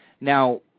Now